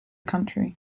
country